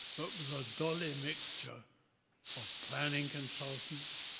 but with a dolly mixture of planning consultants,